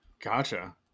Gotcha